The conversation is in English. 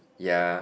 ya